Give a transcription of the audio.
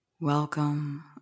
Welcome